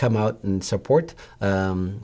come out and support